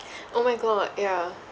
oh my god yeah